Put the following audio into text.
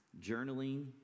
journaling